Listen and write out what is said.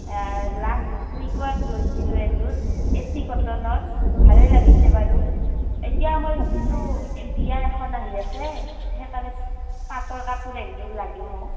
last উইকত লৈছিলোঁ এযোৰ এচি কটনৰ ভালেই লাগিছে বাৰু এতিয়া মই ভাবিছোঁ বিয়া এখন আহি আছে সেইকাৰণে পাটৰ কাপোৰ এযোৰ লাগে মোক